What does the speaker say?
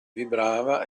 vibrava